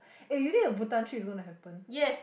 eh you think the Butan trip is gonna happen